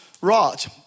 rot